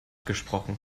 gesprochen